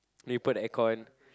you put in the aircon